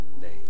name